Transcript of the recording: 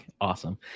Awesome